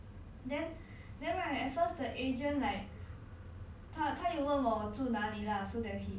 so anyway hor 我找到这个 err 工作 through telegram